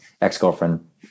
ex-girlfriend